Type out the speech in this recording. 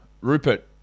Rupert